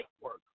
work